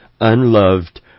unloved